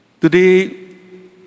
today